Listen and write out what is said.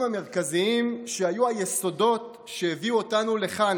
המרכזיים שהיו היסודות שהביאו אותנו לכאן,